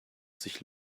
sich